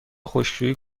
خشکشویی